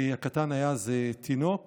הקטן היה אז תינוק